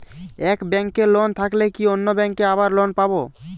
এক ব্যাঙ্কে লোন থাকলে কি অন্য ব্যাঙ্কে আবার লোন পাব?